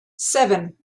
seven